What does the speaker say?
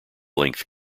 length